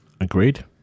Agreed